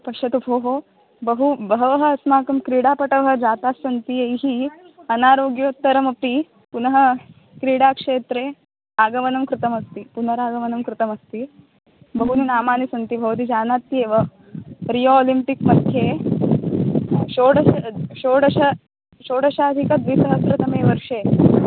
पश्यतु भोः बहु बहवः अस्माकं क्रीडापटवः जातास्सन्ति यैः अनारोग्योत्तरमपि पुनः क्रीडाक्षेत्रे आगमनं कृतमस्ति पुनरागमनं कृतमस्ति बहूनि नामानि सन्ति भवती जानात्येव रियो ओलिम्पिक् मध्ये षोडश षोडश षोडशाधिकद्विसहस्रतमे वर्षे